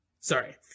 sorry